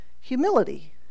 humility